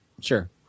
Sure